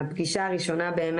בפגישה הראשונה מחיקת נתוני האשראי,